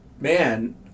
man